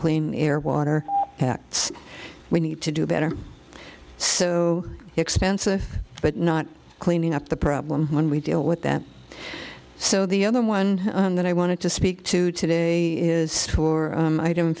clean air water acts we need to do better so expensive but not cleaning up the problem when we deal with that so the other one that i wanted to speak to today is for i don't